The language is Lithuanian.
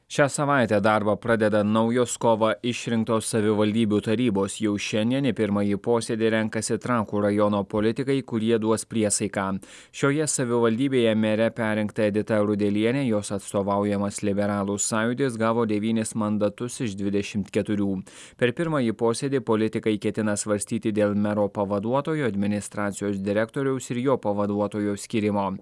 šią savaitę darbą pradeda naujos kovą išrinktos savivaldybių tarybos jau šiandien į pirmąjį posėdį renkasi trakų rajono politikai kurie duos priesaiką šioje savivaldybėje mere perrinkta edita rudelienė jos atstovaujamas liberalų sąjūdis gavo devynis mandatus iš dvidešimt keturių per pirmąjį posėdį politikai ketina svarstyti dėl mero pavaduotojo administracijos direktoriaus ir jo pavaduotojo skyrimo